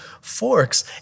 forks